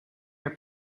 your